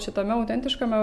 šitame autentiškame